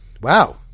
wow